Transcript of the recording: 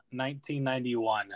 1991